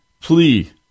plea